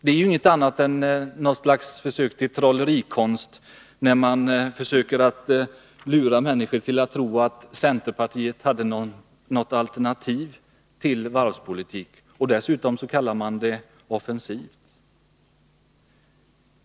Det är ingenting annat än något slags försök till trollerikonst, när man försöker lura människor att tro att centerpartiet skulle ha någon alternativ varvspolitik; dessutom kallar man den offensiv.